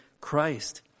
Christ